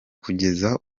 kugeza